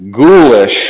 ghoulish